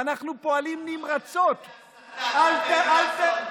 ואנחנו פועלים נמרצות, החזון שלכם זה הסתה.